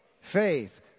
Faith